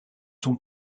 sont